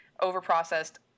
over-processed